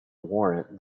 warrant